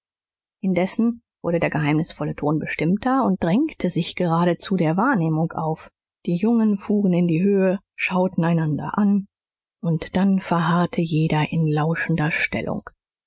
indessen wurde der geheimnisvolle ton bestimmter und drängte sich geradezu der wahrnehmung auf die jungen fuhren in die höhe schauten einander an und dann verharrte jeder in lauschender stellung